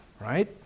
Right